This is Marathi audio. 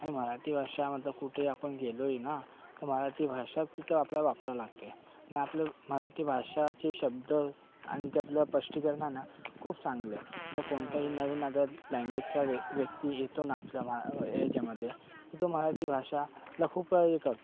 आणि मराठी भाषा मतलब कुठे आपण गेलो ही ना तर मराठी भाषाच तिथं आपल्या वापरावं लागते ना आपल्या मराठी भाषाचे शब्दच आणि ते आपलं स्पष्टीकरण आहे ना खूप चांगलं आहे जर कोणताही नवीन अगर लँग्वेजचा व्य व्यक्ती येतो ना आपल्या म याच्यामध्ये तर तो मराठी भाषाला खूप हे करतो